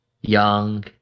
young